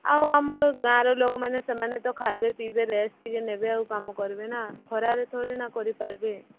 ଆଉ ଆମର ଗାଁର ଲୋକମାନେ ସେମାନେ ତ ଖାଇବେ ପିବେ ରେଷ୍ଟ୍ ଟିକେ ନେବେ ଆଉ କାମ କରିବେନା ଖରା ରେ ଥୋଡ଼ି ନା କରି ପାରିବେ